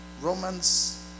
Romans